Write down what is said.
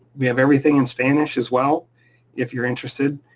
we have everything in spanish as well if you're interested,